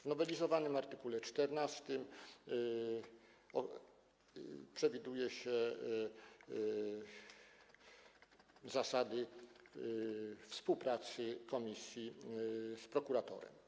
W nowelizowanym art. 14 przewiduje się zasady współpracy komisji z prokuratorem.